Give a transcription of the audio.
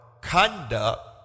conduct